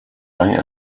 right